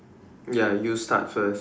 ya you start first